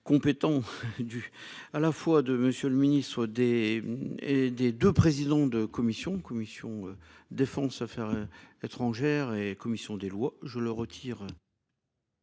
Compétent du à la fois de Monsieur le Ministre des et, des 2 présidents de commissions, commission, Défense, Affaires étrangères et commissions des lois je le retire.